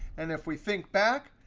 and if we think back,